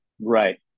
Right